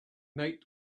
night